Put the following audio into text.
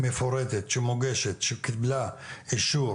ברגע שתהיה החלטת